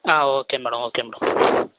on okay madam okay madam